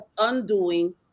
undoing